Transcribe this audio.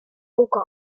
auge